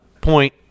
point